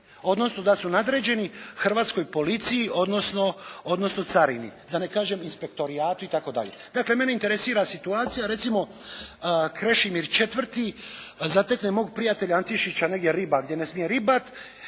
odnosno da su nadređeni Hrvatskoj policiji, odnosno carini, da ne kažem inspektorijatu itd. Dakle, mene interesira situacija recimo Krešimir IV. zatekne mog prijatelja Antišića negdje riba gdje ne smije ribat